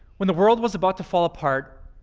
when the world was about to fall apart,